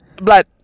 Blood